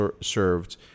served